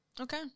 okay